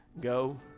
Go